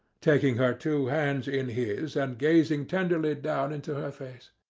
taking her two hands in his, and gazing tenderly down into her face